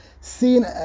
seen